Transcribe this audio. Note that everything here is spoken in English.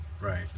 Right